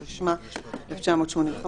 התשמ"ה-1985.